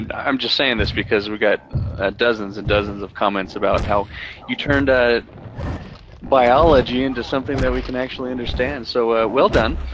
and i'm just saying this because we got dozens and dozens of comments about how you turned ah biology into something that we can actually understand. so, well, done.